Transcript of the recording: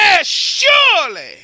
surely